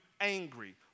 angry